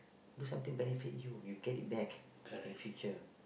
do something benefit you you get it back in future